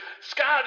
Scotty